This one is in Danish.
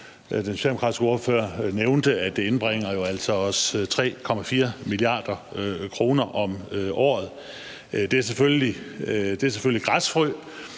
den socialdemokratiske ordfører nævnte, at det indbringer os 3,4 mia. kr. om året. Det er selvfølgelig græsfrø,